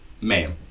ma'am